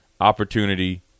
opportunity